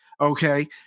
Okay